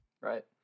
Right